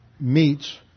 meets